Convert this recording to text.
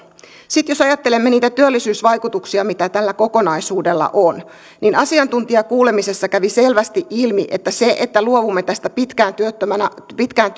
sitten jos ajattelemme niitä työllisyysvaikutuksia mitä tällä kokonaisuudella on niin asiantuntijakuulemisessa kävi selvästi ilmi että sillä että luovumme tästä pitkään